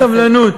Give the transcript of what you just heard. קצת סבלנות.